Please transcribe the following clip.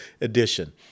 Edition